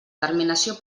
terminació